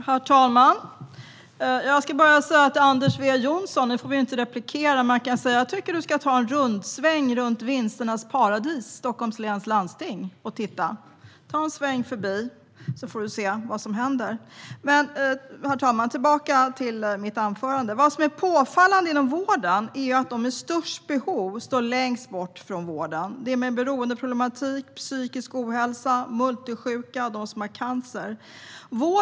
Herr talman! Nu har vi inte rätt till repliker, men jag tycker att Anders W Jonsson ska ta en sväng runt vinsternas paradis Stockholms läns landsting och titta. Ta en sväng förbi, så får du se vad som händer. Herr talman! Tillbaka till mitt anförande. Vad som är påfallande inom vården är att de med störst behov står längst bort från vården, det vill säga de med beroendeproblem, psykisk ohälsa, de som är multisjuka och de som har cancer.